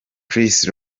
chris